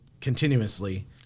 continuously